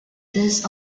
this